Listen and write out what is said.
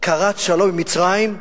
כרת שלום עם מצרים,